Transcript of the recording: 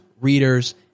readers